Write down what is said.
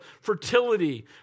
fertility